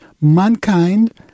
mankind